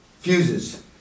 fuses